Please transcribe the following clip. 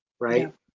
right